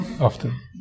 often